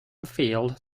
failed